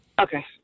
Okay